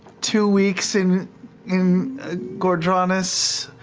two weeks in in ghor dranas,